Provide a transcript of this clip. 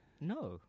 No